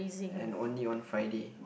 and only on Friday